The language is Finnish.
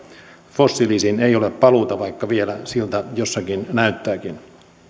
fossiilisiin ei ole paluuta vaikka vielä siltä jossakin näyttääkin